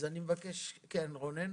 כן, רונן?